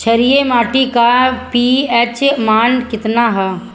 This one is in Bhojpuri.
क्षारीय मीट्टी का पी.एच मान कितना ह?